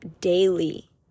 daily